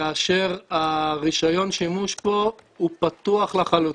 כאשר רישיון השימוש פה הוא פתוח לחלוטין,